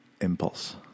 impulse